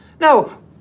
No